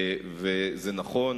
וזה נכון,